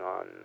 on